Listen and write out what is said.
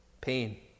pain